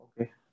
Okay